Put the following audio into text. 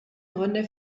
gründe